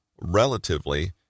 relatively